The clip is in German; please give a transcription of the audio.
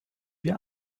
wir